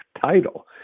title